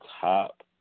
top